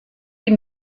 die